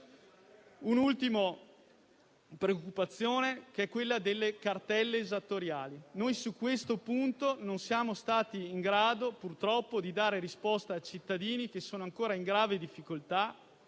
un'ultima preoccupazione, che è quella delle cartelle esattoriali. Su questo punto non siamo stati in grado, purtroppo, di dare risposte ai cittadini che sono ancora in grave difficoltà;